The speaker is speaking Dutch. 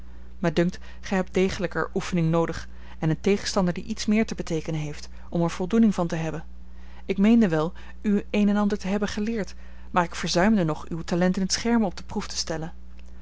mij dunkt gij hebt degelijker oefening noodig en een tegenstander die iets meer te beteekenen heeft om er voldoening van te hebben ik meende wel u een en ander te hebben geleerd maar ik verzuimde nog uw talent in t schermen op de proef te stellen